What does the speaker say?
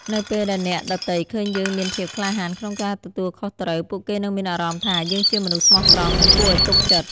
នៅពេលដែលអ្នកដទៃឃើញយើងមានភាពក្លាហានក្នុងការទទួលខុសត្រូវ ពួកគេនឹងមានអារម្មណ៍ថា យើងជាមនុស្សស្មោះត្រង់ និងគួរឱ្យទុកចិត្ត។